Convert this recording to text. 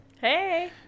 Hey